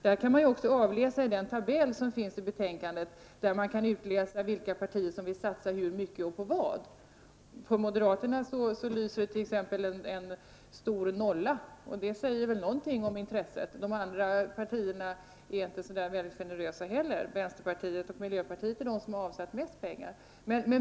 Detta kan man också se i den tabell som finns i betänkandet och där man kan utläsa vilka partier som vill satsa på vad och hur mycket. För t.ex. moderaterna lyser det en stor nolla, och det säger väl någonting om intresset. De andra partierna är inte heller så generösa. Vänsterpartiet och miljöpartiet är de partier som avsatt mest pengar.